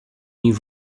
new